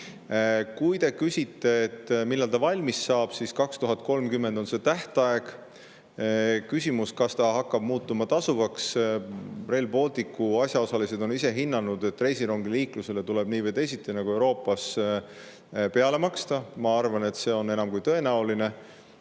Kui te küsite, millal ta valmis saab, siis 2030 on tähtaeg. Küsimus, kas ta muutub tasuvaks: Rail Balticu asjaosalised on ise hinnanud, et reisirongiliiklusele tuleb nii või teisiti Euroopas peale maksta. Ma arvan, et see on enam kui tõenäoline.